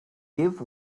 give